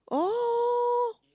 oh